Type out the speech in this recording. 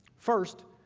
first,